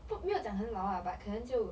不没有讲很老啊 but 可能就